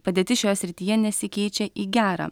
padėtis šioje srityje nesikeičia į gerą